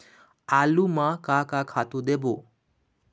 आलू म का का खातू देबो?